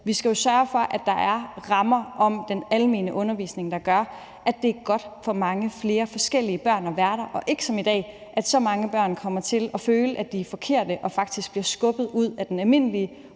vi skal sørge for, at der er rammer om den almene undervisning, der gør, at det er godt for mange flere forskellige børn at være der, og at det ikke er som i dag, hvor så mange børn kommer til at føle, at de er forkerte, og at de faktisk bliver skubbet ud af den almindelige